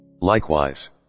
Likewise